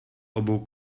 obou